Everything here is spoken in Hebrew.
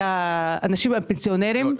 על הפנסיונרים.